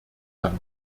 dank